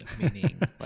meaning